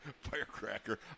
firecracker